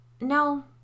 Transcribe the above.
No